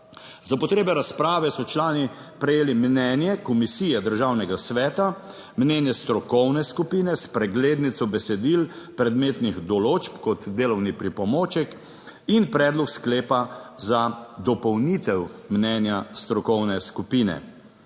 Za potrebe razprave so člani prejeli mnenje Komisije Državnega sveta, mnenje strokovne skupine s preglednico besedil predmetnih določb kot delovni pripomoček in predlog sklepa za dopolnitev mnenja strokovne skupine.